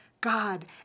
God